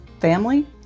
family